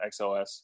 XOS